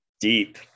deep